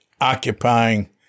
occupying